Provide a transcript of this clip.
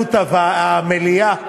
התנהלות המליאה,